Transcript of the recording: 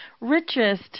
richest